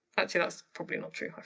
actually that's probably not true. i